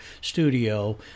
studio